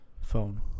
Phone